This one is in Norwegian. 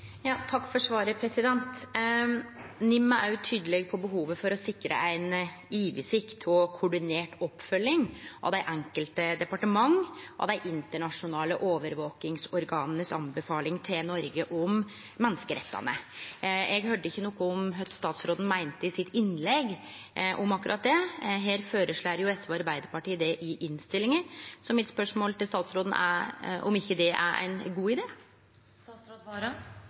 Takk for svaret. NIM er òg tydeleg på behovet for å sikre ei oversikt og ei koordinert oppfølging frå dei enkelte departementa av dei internasjonale overvakingsorgana si anbefaling til Noreg om menneskerettane. Eg høyrde ikkje noko i innlegget frå statsråden om kva statsråden meinte om akkurat det. Her føreslår jo SV og Arbeiderpartiet det i innstillinga, så spørsmålet mitt til statsråden er om ikkje det er ein god